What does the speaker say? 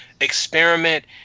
experiment